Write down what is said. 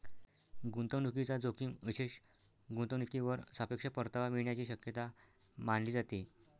गुंतवणूकीचा जोखीम विशेष गुंतवणूकीवर सापेक्ष परतावा मिळण्याची शक्यता मानली जाते